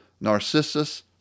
Narcissus